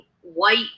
white